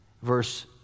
verse